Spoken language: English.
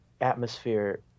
atmosphere